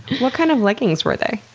what kind of leggings were they?